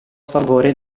favore